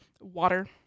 water